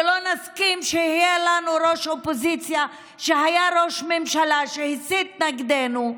ולא נסכים שיהיה לנו ראש אופוזיציה שהיה ראש ממשלה והסית נגדנו.